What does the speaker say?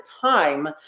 time